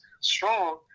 strong